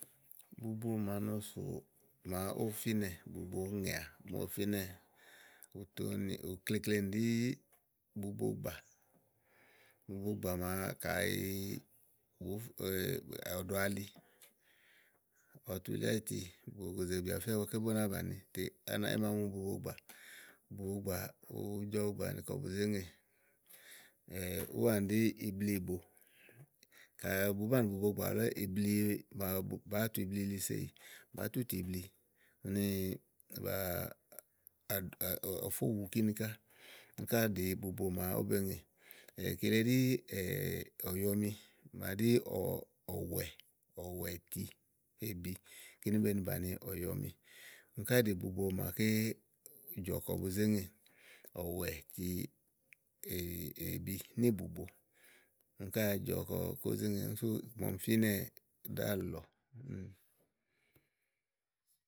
Bubo màa no sò màa fínɛ̀, bubo ŋèà màa ówo fínɛ̀ ùtòonì, ukleklenì ɖí bubogbà. bubogbà màa kayi ò fu òɖo ali ɔwɔ tu li áyiti, bògòzè bìà bù fía ígbɔké bú na bàni tè à nàá bu nàá bu nàá mu bubogbà ùú jɔ gbàáa àni kɔbu zè ŋè ú waanì ɖí ibliìbo kayi bùú banìi bubogbà wulé ibli màawu bàá tu yili seyì bàá tutù ibli úni bà ofò wùu kíni ká úni ká ɖíi buba màa ówó be ŋè. kile ɖi ɔ̀yɔmi màa ɖí ɔ̀ɔ, ɔ̀wɛ ɔ̀wɛ̀ti èbi. kíni be ní bàni ɔ̀yɔmi úni ká ɖìi bubo màa jɔ̀kɔ bu zé ŋè ɔ̀wɛ̀ti ìbi níì bubo úni sú màa ɔmi fínɛ ɖálɔ̀ɔ.